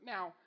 Now